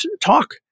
talk